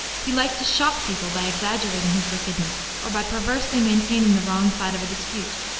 he liked to shock people by exaggerating his wickedness, or by perversely maintaining the wrong side of a dispute.